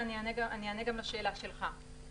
ואני אענה גם לשאלה שלך.